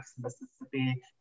Mississippi